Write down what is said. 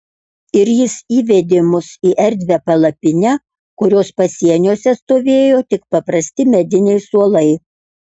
ir jis įvedė mus į erdvią palapinę kurios pasieniuose stovėjo tik paprasti mediniai suolai